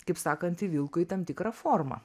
kaip sakant įvilko į tam tikrą formą